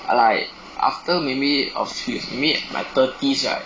I like after maybe a fe~ maybe like thirties right